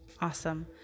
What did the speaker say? awesome